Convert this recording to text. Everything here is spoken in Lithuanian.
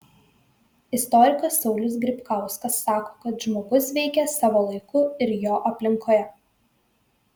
istorikas saulius grybkauskas sako kad žmogus veikia savo laiku ir jo aplinkoje